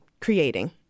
creating